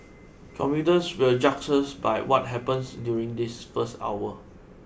commuters will judge us by what happens during this first hour